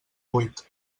vuit